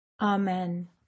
Amen